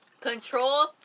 Control